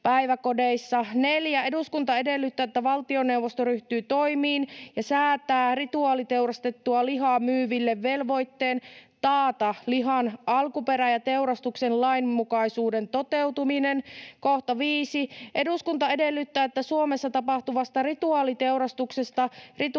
”4. Eduskunta edellyttää, että valtioneuvosto ryhtyy toimiin ja säätää rituaaliteurastettua lihaa myyville velvoitteen taata lihan alkuperä ja teurastuksen lainmukaisuuden toteutuminen.” ”5. Eduskunta edellyttää, että Suomessa tapahtuvasta rituaaliteurastuksesta, rituaaliteurastetun